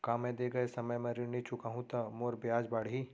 का मैं दे गए समय म ऋण नई चुकाहूँ त मोर ब्याज बाड़ही?